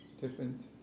different